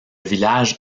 village